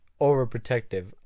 overprotective